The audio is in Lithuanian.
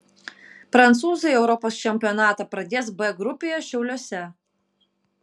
prancūzai europos čempionatą pradės b grupėje šiauliuose